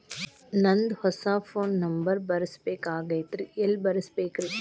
ನಂದ ಹೊಸಾ phone number ಬರಸಬೇಕ್ ಆಗೈತ್ರಿ ಎಲ್ಲೆ ಬರಸ್ಬೇಕ್ರಿ?